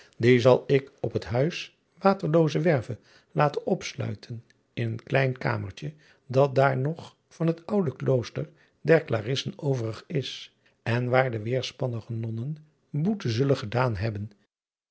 die zal ik op het uis aterloozewerve laten opsluiten in een klein kamertje dat daar nog van het oude klooster der larissen overig is en waar de weêrspannige onnen boete zullen gedaan hebben